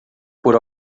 por